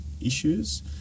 issues